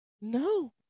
No